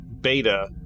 beta